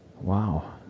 Wow